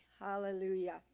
hallelujah